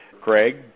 Craig